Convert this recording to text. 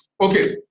okay